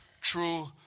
true